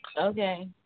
okay